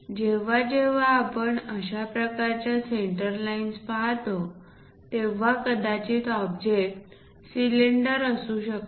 जेव्हा जेव्हाआपण अशा प्रकारच्या सेंटर लाईन्स पाहतो तेव्हा कदाचित ऑब्जेक्ट सिलेंडरचा असू शकेल